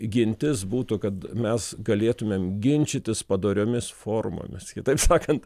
gintis būtų kad mes galėtumėm ginčytis padoriomis formomis kitaip sakant